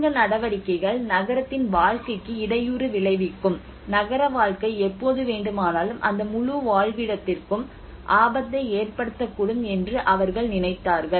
சுரங்க நடவடிக்கைகள் நகரத்தின் வாழ்க்கைக்கு இடையூறு விளைவிக்கும் நகர வாழ்க்கை எப்போது வேண்டுமானாலும் அந்த முழு வாழ்விடத்திற்கும் ஆபத்தை ஏற்படுத்தக்கூடும் என்று அவர்கள் நினைத்தார்கள்